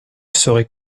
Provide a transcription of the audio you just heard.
serait